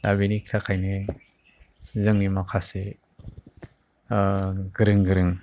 दा बेनि थाखायनो जोंनि माखासे गोरों गोरों